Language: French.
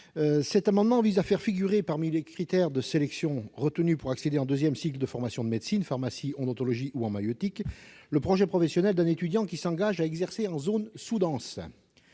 Cet amendement vise à faire figurer, parmi les critères de sélection retenus pour accéder en deuxième cycle des formations de médecine, de pharmacie, d'odontologie ou de maïeutique, le projet professionnel d'un étudiant s'engageant à exercer en zone sous-dense.